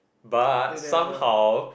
but somehow